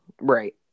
Right